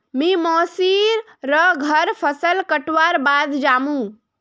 मी मोसी र घर फसल कटवार बाद जामु